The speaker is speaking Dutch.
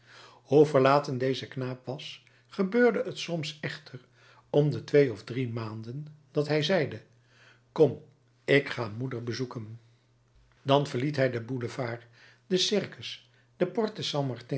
verlaten deze knaap was gebeurde t soms echter om de twee of drie maanden dat hij zeide kom ik ga moeder bezoeken dan verliet hij den boulevard den circus de porte st